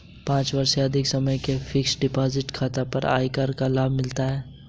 पाँच वर्ष से अधिक समय के फ़िक्स्ड डिपॉज़िट खाता पर आयकर का लाभ मिलता है